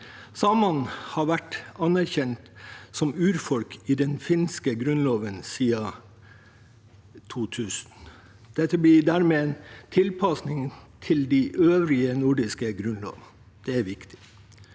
Samene har vært anerkjent som urfolk i den finske grunnloven siden 2000. Dette blir dermed en tilpasning til de øvrige nordiske grunnlover. Det er viktig.